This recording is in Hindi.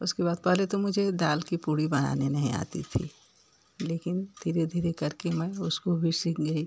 उसके बाद पहले तो मुझे दाल कि पूड़ी बनाने नहीं आती थी लेकिन धीरे धीरे करके मैं उसको भी सीख गई